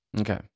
Okay